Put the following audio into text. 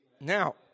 Now